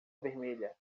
vermelha